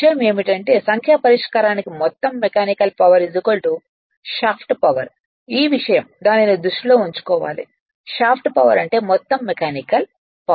విషయం ఏమిటంటే సంఖ్యా పరిష్కారానికి మొత్తం మెకానికల్ పవర్ షాఫ్ట్ పవర్ ఈ విషయం దానిని దృష్టిలో ఉంచుకోవాలి షాఫ్ట్ పవర్ అంటే మొత్తం మెకానికల్ పవర్